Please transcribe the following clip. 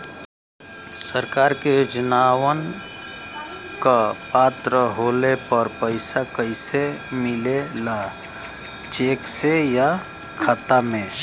सरकार के योजनावन क पात्र होले पर पैसा कइसे मिले ला चेक से या खाता मे?